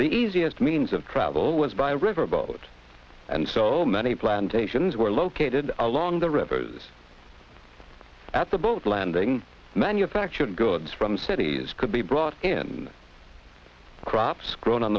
the easiest means of travel was by a river boat and so many plantations were located along the rivers that the boat landing manufactured goods from cities could be brought in crops grown on